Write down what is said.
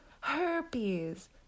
herpes